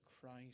Christ